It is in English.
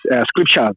scriptures